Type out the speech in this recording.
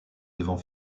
devant